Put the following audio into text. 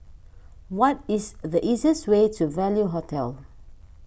what is the easiest way to Value Hotel